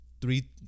three